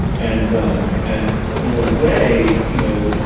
and um and in a way, you know,